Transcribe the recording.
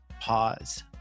pause